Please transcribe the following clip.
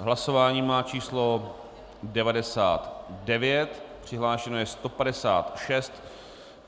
Hlasování má číslo 99, přihlášeno je 156,